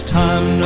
time